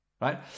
right